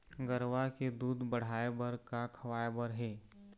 गरवा के दूध बढ़ाये बर का खवाए बर हे?